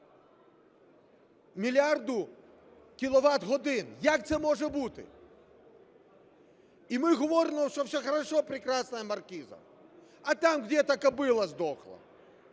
мільярда кіловат-годин. Як це може бути? І ми говоримо, що все хорошо, прекрасная маркиза, а там где-то кобыла сдохла.